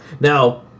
Now